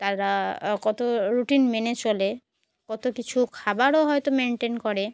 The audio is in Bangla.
তারা কত রুটিন মেনে চলে কত কিছু খাবারও হয়তো মেনটেন করে